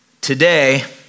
today